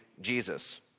Jesus